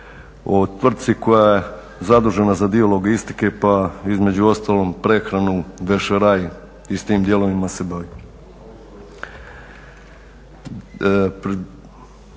o tvrtci koja je zadužena za dio logistike pa između ostalog i prehranu, vešeraj i s tim dijelovima se bavi.